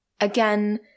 again